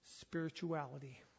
spirituality